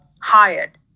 hired